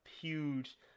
huge